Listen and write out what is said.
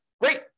Great